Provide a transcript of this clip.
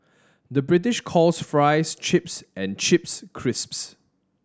the British calls fries chips and chips crisps